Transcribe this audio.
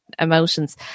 emotions